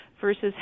versus